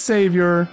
Savior